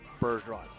Bergeron